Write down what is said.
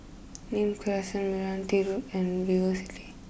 Nim Crescent Meranti Road and VivoCity